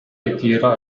ritiro